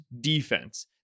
defense